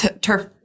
turf